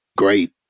great